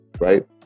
right